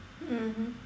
mmhmm